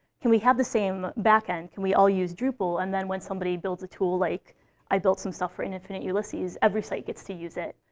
can we have the same back end? can we all use drupal? and then when somebody builds a tool, like i built some stuff for infinite ulysses, every site gets to use it.